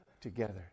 together